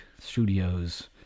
studios